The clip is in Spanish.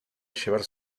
llevar